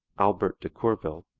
albert de courville,